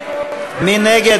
מי נגד?